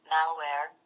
Malware